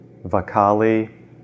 Vakali